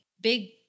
big